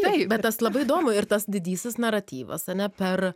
taip bet tas labai įdomu ir tas didysis naratyvas ane per